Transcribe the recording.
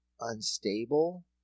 unstable